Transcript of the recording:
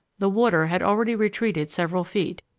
the water had already retreated several feet,